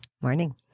Morning